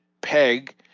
peg